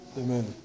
amen